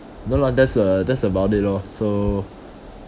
no lah that's uh that's about it lor so